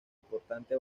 importante